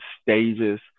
stages